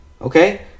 okay